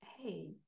hey